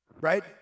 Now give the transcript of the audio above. right